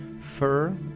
Fur